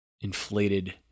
inflated